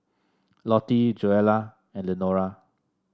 Lottie Joella and Lenora